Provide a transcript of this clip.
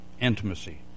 intimacy